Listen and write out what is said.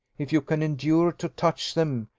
if you can endure to touch them,